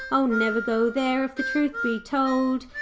o, never go there if the truth be told,